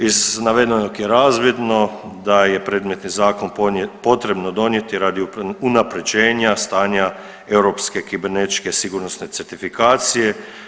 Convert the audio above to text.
Iz navedenog je razvidno da je predmetni zakon potrebno donijeti radi unapređenja stanja europske kibernetičke sigurnosne certifikacije.